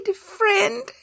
friend